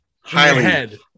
highly